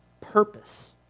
purpose